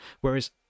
Whereas